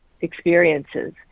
experiences